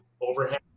overhead